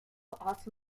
also